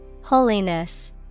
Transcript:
Holiness